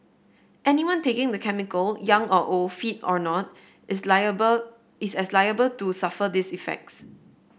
anyone taking the chemical young or old fit or not is liable is as liable to suffer these effects